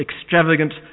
extravagant